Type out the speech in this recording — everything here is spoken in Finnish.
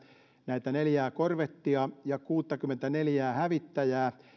näitä neljää korvettia ja kuuttakymmentäneljää hävittäjää